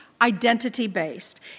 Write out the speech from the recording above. identity-based